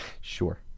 sure